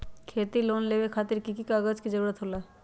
खेती लोन लेबे खातिर की की कागजात के जरूरत होला?